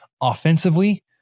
offensively